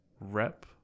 rep